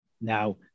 Now